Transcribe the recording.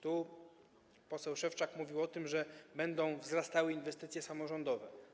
Tu poseł Szewczak mówił o tym, że będą wzrastały inwestycje samorządowe.